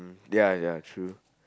ya ya true